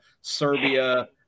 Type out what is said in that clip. Serbia